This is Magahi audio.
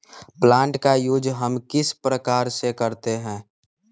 प्लांट का यूज हम किस प्रकार से करते हैं?